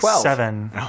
seven